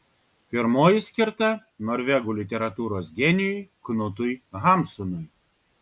pirmoji skirta norvegų literatūros genijui knutui hamsunui